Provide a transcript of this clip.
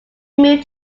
moved